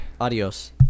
Adios